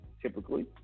typically